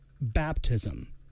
baptism